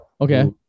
Okay